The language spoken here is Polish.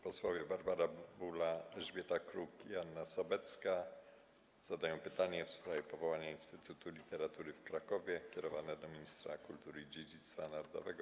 Posłowie Barbara Bubula, Elżbieta Kruk i Anna Sobecka zadają pytanie w sprawie powołania Instytutu Literatury w Krakowie kierowane do ministra kultury i dziedzictwa narodowego.